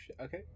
okay